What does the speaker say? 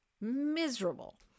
miserable